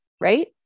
right